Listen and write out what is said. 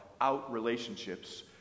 out-relationships